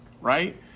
right